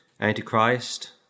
Antichrist